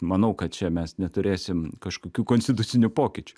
manau kad čia mes neturėsim kažkokių konstitucinių pokyčių